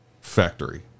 factory